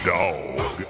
dog